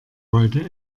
wollte